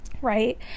Right